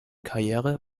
karriere